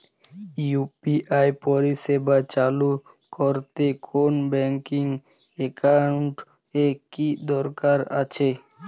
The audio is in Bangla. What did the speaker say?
ইউ.পি.আই পরিষেবা চালু করতে কোন ব্যকিং একাউন্ট এর কি দরকার আছে?